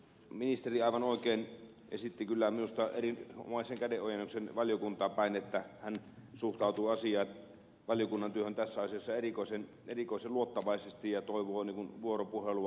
ministeri aivan oikein esitti kyllä minusta erinomaisen kädenojennuksen valiokuntaan päin että hän suhtautuu valiokunnan työhön tässä asiassa erikoisen luottavaisesti ja toivoo vuoropuhelua